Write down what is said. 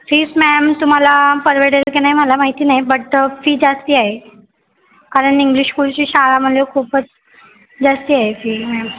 fees ma'am तुम्हाला परवडेल का नाही मला माहीत नाही बट फी जास्त आहे कारण इंग्लिश स्कूलची म्हणल्यावर खूपच जास्त आहे फी मॅम